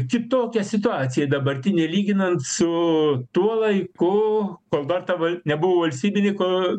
kitokia situacija dabartinė lyginant su tuo laiku kol dar tava nebuvo valstybininko